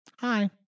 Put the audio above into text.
hi